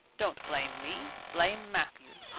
don't blame me, blame matthew.